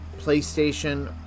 PlayStation